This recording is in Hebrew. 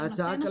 על ההצעה.